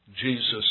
Jesus